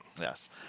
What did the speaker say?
Yes